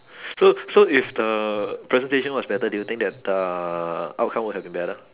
so so if the presentation was better do you think that the outcome would have been better